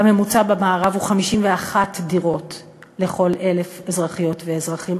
הממוצע במערב הוא 51 דירות על כל 1,000 אזרחיות ואזרחים.